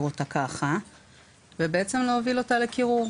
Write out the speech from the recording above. אותה ככה ובעצם צריך להוביל אותה לקירור.